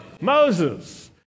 Moses